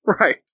Right